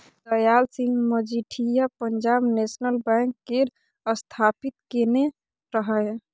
Dayal Singh Majithia Punjab National Bank केर स्थापित केने रहय